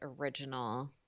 original